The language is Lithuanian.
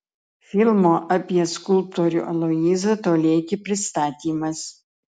filmo apie skulptorių aloyzą toleikį pristatymas